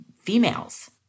females